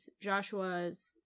Joshua's